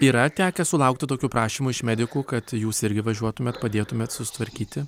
yra tekę sulaukti tokių prašymų iš medikų kad jūs irgi važiuotumėt padėtumėt susitvarkyti